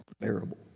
unbearable